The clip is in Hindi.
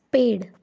पेड़